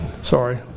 Sorry